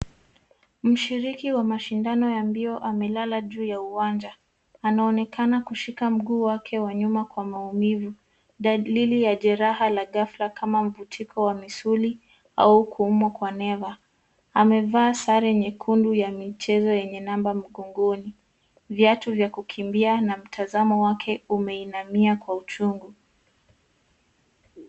Mshiriki wa mashindano ya mbio amelala juu ya uwanja. Anaonekana kushika mguu wake wa nyuma kwa maumivu, dalili ya jeraha la ghafla ka mvutiko wa misuli au kuumwa kwa neva. Amevaa sare nyekundu ya michezo yenye namba mgongoni, viatu ya kukimbia na mtazamo wake umeinamia kwa uchungu.